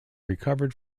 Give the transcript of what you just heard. recovered